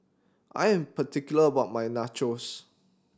I am particular about my Nachos